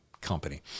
company